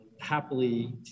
happily